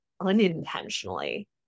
unintentionally